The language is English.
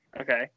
Okay